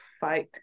fight